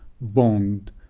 bond